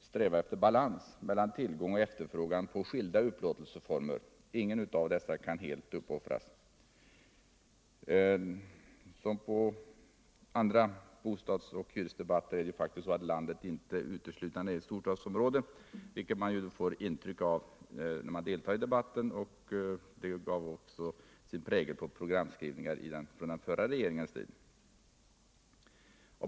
sträva efter balans mellan tillgång och efterfrågan på skilda upplåtelseformer —- ingen av dessa kan helt uppoftras. På samma sätt som när det gäller andra bostads och hyresdebatter måste man hålla i minnet att landet faktiskt inte uteslutande är ct storstadsområde, vilket man får ett intryck av när man deltar i debatten, och det satte också sin prägel på programskrivningarna under den förra regeringens tid.